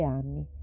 anni